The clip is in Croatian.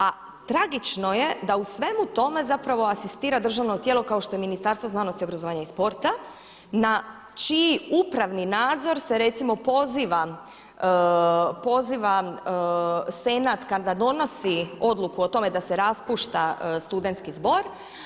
A tragično je da u svemu tome zapravo asistira državno tijelo kao što je Ministarstvo znanosti, obrazovanja i sporta na čiji upravni nadzor se recimo poziva Senat kada donosi odluku o tome da se raspušta Studentski zbor.